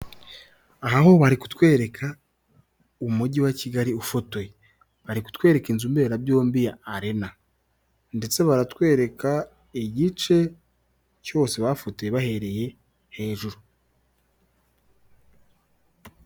Aha ho bari kutwereka umujyi wa kigali ufotoye, bari kutwereka inzu mbera byombi y'Arena, ndetse baratwereka igice cyose bafotoye bahereye hejuru.